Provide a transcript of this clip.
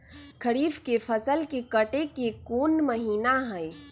खरीफ के फसल के कटे के कोंन महिना हई?